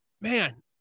man